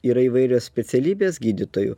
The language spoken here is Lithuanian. yra įvairios specialybės gydytojų